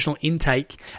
intake